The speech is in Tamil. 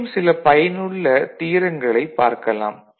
மேலம் சில பயனுள்ள தியரங்களைப் பார்க்கலாம்